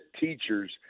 teachers